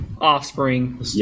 offspring